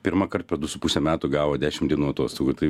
pirmąkart per du su puse metų gavo dešim dienų atostogų tai